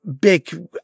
big